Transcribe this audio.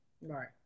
Right